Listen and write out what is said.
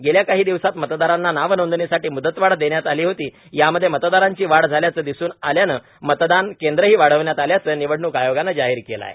गेल्या काही दिवसांत मतदारांना नाव नोंदणीसाठी मूदतवाढ देण्यात आली होती यामध्ये मतदारांची वाढ झाल्याचं दिसून आल्यानं मतदान केंद्रंही वाढवण्यात आल्याचं निवडणूक आयोगानं जाहीर केलं आहे